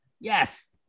Yes